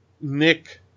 Nick